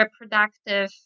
reproductive